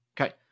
Okay